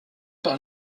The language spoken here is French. par